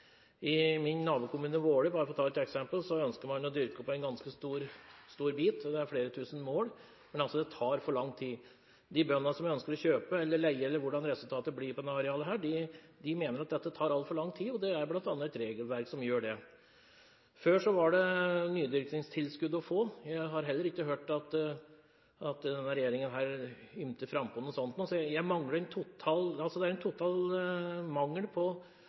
I min nabokommune Våler, bare for å ta et eksempel, ønsker man å dyrke opp en ganske stor bit – det er flere tusen mål – men det tar for lang tid. De bøndene som ønsker å kjøpe eller leie – eller hvordan resultatet blir på dette arealet – mener at dette tar altfor lang tid, og det er bl.a. et regelverk som gjør det. Før var det nydyrkingstilskudd å få. Jeg har ikke hørt at denne regjeringen har ymtet frampå om noe sånt heller, så det er en total mangel på optimisme når det gjelder nydyrking. Den virkelighetsbeskrivelsen er jeg ikke enig i når det er